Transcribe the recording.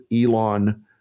Elon